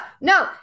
No